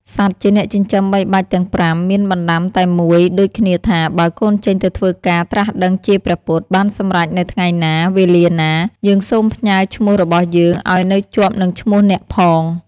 សត្វជាអ្នកចិញ្ចឹមបីបាច់ទាំង ៥ មានបណ្តាំតែមួយដូចគ្នាថា "បើកូនចេញទៅធ្វើការត្រាស់ដឹងជាព្រះពុទ្ធ បានសម្រេចនៅថ្ងៃណា វេលាណា យើងសូមផ្ញើឈ្មោះរបស់យើង ឲ្យនៅជាប់នឹងឈ្មោះអ្នកផង!”។